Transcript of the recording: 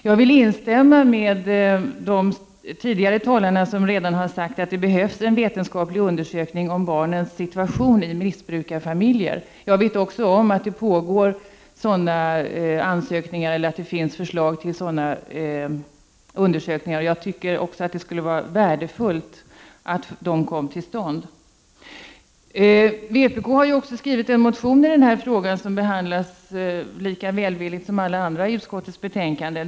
Jag instämmer i vad tidigare talare redan har sagt. Det behövs alltså en vetenskaplig undersökning av barnens situation i missbrukarfamiljer. Jag vet att det finns förslag när det gälller sådana undersökningar. Jag tycker också att det skulle vara värdefullt om de kom till stånd. Vpk har också skrivit en motion i den här frågan, som i utskottets betänkande behandlas lika välvilligt som alla andra motioner.